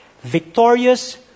victorious